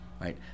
right